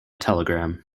telegram